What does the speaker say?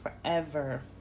forever